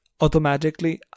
automatically